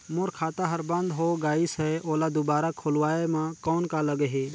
मोर खाता हर बंद हो गाईस है ओला दुबारा खोलवाय म कौन का लगही?